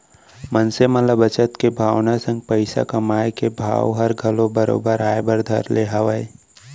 मनसे मन म बचत के भावना संग पइसा कमाए के भाव हर घलौ बरोबर आय बर धर ले हवय